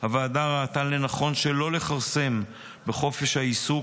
הוועדה ראתה לנכון שלא לכרסם בחופש העיסוק,